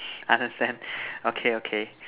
understand okay okay